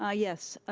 ah yes,